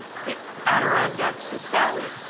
the adirondacks with sallie?